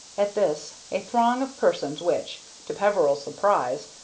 at this a throng of persons which, to peveril's surprise,